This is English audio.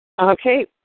Okay